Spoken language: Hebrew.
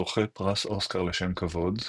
זוכה פרס אוסקר לשם כבוד,